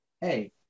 hey